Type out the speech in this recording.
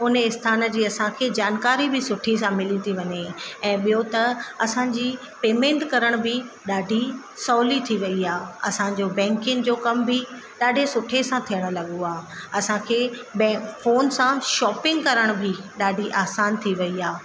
उन स्थान जी असांखे जानकारी बि सुठी सां मिली थी वञे ऐं ॿियों त असांजी पेमेंट करण बि ॾाढी सहुली थी वई आहे असांजो बैंकिंग जो कम बि ॾाढे सुठे सां थियणु लॻो आहे असांखे बै फोन सां शॉपिंग करण बि ॾाढी आसान थी वई आहे